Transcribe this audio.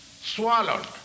swallowed